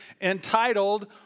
entitled